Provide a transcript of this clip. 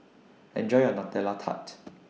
Enjoy your Nutella Tart